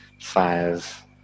five